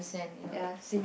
ya same